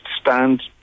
stand